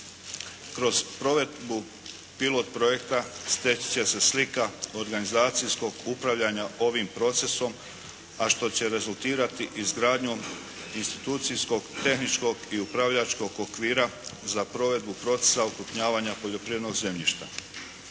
Kroz provedbu pilot projekta steći će se slika organizacijskog upravljanja ovim procesom, a što će rezultirati izgradnjom institucijskog, tehničkog i upravljačkog okvira za provedbu procesa okrupnjavanja poljoprivrednog zemljišta.